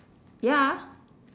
ya